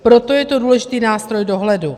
Proto je to důležitý nástroj dohledu.